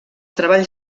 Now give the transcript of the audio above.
treballs